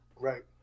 Right